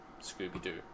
scooby-doo